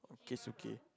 Daisuke